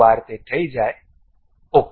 એકવાર તે થઈ જાય ok